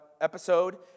episode